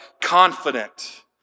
confident